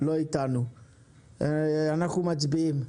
אנחנו מצביעים.